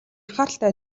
анхааралтай